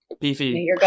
Beefy